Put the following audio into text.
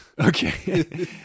Okay